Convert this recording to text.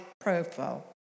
profile